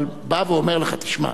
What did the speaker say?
אבל בוא ואומר לך: תשמע,